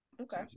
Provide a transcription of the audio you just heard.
Okay